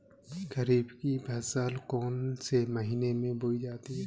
खरीफ की फसल कौन से महीने में बोई जाती है?